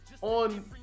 on